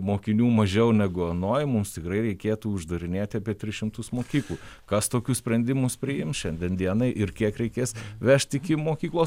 mokinių mažiau negu anoj mums tikrai reikėtų uždarinėti apie tris šimtus mokyklų kas tokius sprendimus priims šiandien dienai ir kiek reikės vežti iki mokyklos